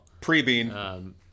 Pre-Bean